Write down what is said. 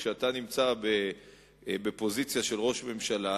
כשאתה נמצא בפוזיציה של ראש ממשלה,